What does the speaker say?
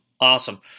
awesome